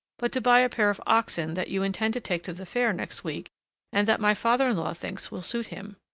but to buy a pair of oxen that you intend to take to the fair next week and that my father-in-law thinks will suit him.